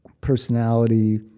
personality